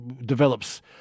develops